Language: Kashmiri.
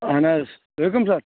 اہن حظ تُہۍ کُم سَر